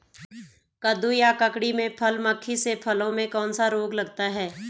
कद्दू या ककड़ी में फल मक्खी से फलों में कौन सा रोग होता है?